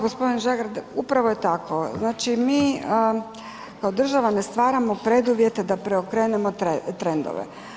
Gospodine Žagar upravo je tako, znači mi kao država ne stvaramo preduvjete da preokrenemo trendove.